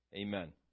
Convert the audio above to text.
Amen